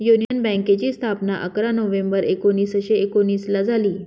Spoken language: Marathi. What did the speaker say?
युनियन बँकेची स्थापना अकरा नोव्हेंबर एकोणीसशे एकोनिसला झाली